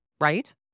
right